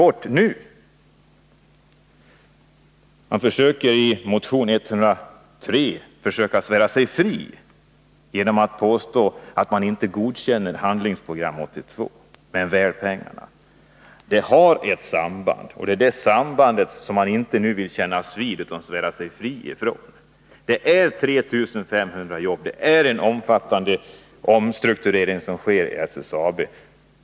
Socialdemokraterna försöker i motion 103 att svära sig fria genom att påstå att de inte godkänner Handlingsprogram 1982 men väl pengarna. Men handlingsprogrammet och dessa pengar har ett samband. Det är detta samband som socialdemokraterna nu inte vill kännas vid. Det gäller dock 3 500 jobb, och det är en omfattande omstrukturering som sker vid SSAB.